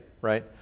right